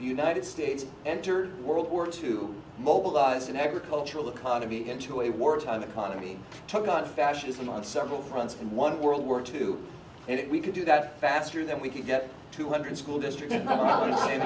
united states entered world war two mobilized an agricultural economy into a wartime economy took on fascism on several fronts and won world war two and if we could do that faster than we could get two hundred school district